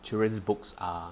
children's books are